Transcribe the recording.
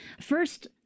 first